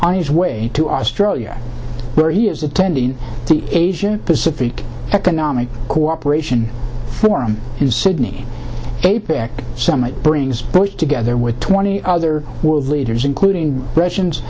on his way to australia where he is attending the asia pacific economic cooperation forum sydney apec summit brings together with twenty other world leaders including russian